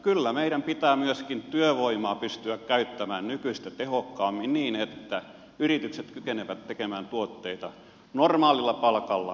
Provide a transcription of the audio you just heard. kyllä meidän pitää myöskin työvoimaa pystyä käyttämään nykyistä tehokkaammin niin että yritykset kykenevät tekemään tuotteita normaalilla palkalla eikä ylitöinä